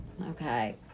okay